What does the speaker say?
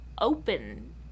open